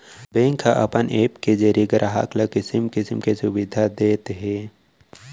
bank ह अपन app के जरिये गराहक ल किसम किसम के सुबिधा देत हे